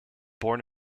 born